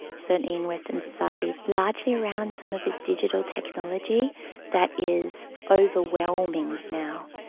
certainly in western society, largely around some of this digital technology that is overwhelming now,